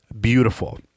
beautiful